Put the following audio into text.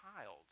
child